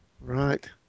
Right